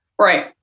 Right